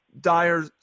dire